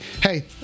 Hey